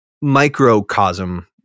microcosm